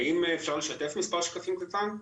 האם אפשר לשתף מספר שקפים קטן?